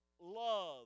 love